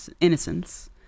innocence